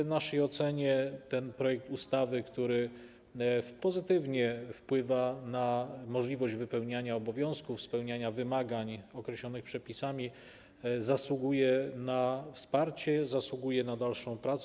W naszej ocenie ten projekt ustawy, który pozytywnie wpływa na możliwość wypełniania obowiązków, spełniania wymagań określonych przepisami, zasługuje na wsparcie i dalszą nad nim pracę.